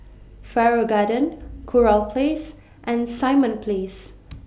Farrer Garden Kurau Place and Simon Place